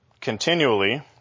continually